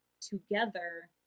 together